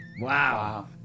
Wow